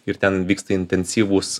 ir ten vyksta intensyvūs